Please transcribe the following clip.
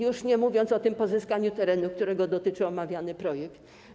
Już nie mówiąc o pozyskaniu terenu, którego dotyczy omawiany projekt.